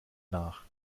nach